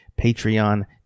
Patreon